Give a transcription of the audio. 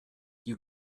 you